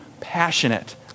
passionate